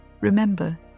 remember